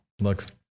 Looks